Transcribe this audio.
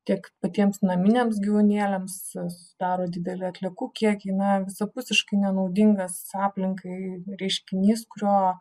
tiek patiems naminiams gyvūnėliams sudaro didelį atliekų kiekį na visapusiškai nenaudingas aplinkai reiškinys kurio